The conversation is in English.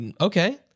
okay